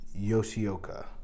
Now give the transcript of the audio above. Yoshioka